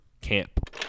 Camp